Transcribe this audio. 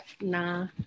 Nah